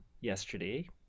yesterday